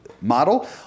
model